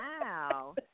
wow